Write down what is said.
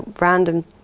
random